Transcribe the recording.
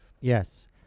Yes